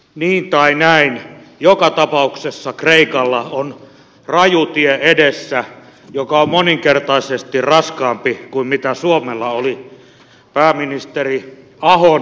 niin tai näin joka tapauksessa kreikalla on raju tie edessä joka on moninkertaisesti raskaampi kuin mitä suomella oli pääministeri ahon aikana